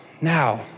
now